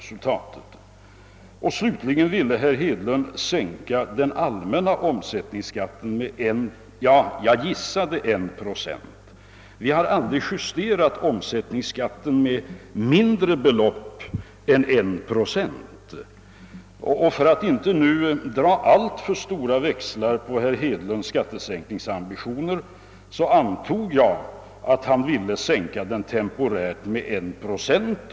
Slutligen ville herr Hedlund sänka den allmänna omsättningsskatten med — jag gissade här — 1 procent. Vi har aldrig justerat omsättningsskatten med mindre än 1 procent. För att nu inte dra alltför stora växlar på herr Hedlunds skattesänkningsambitioner antog jag att han temporärt ville sänka denna skatt med 1 procent.